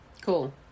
Cool